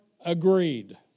agreed